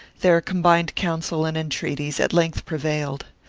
their combined counsel and entreaties at length prevailed.